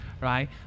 right